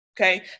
Okay